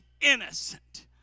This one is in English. innocent